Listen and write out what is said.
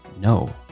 no